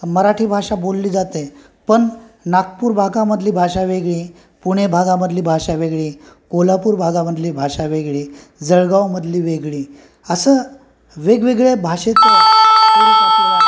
मराठी भाषा बोलली जाते पण नागपूर भागामधली भाषा वेगळी पुणे भागामधली भाषा वेगळी कोल्हापूर भागामधली भाषा वेगळी जळगांवमधली वेगळी असं वेगवेगळ्या भाषे